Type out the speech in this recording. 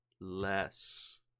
Less